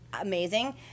amazing